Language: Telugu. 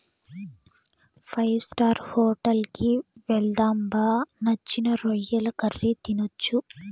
ఫైవ్ స్టార్ హోటల్ కి వెళ్దాం బా నచ్చిన రొయ్యల కర్రీ తినొచ్చు